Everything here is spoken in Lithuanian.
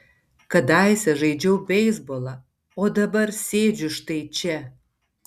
kadaise žaidžiau beisbolą o dabar sėdžiu štai čia